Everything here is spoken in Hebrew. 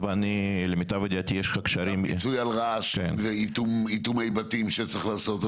ולמיטב ידיעתי יש לך קשרים -- פיצוי על רעש ואיטומי בתים שצריך לעשות.